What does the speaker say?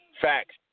Facts